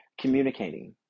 communicating